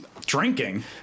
Drinking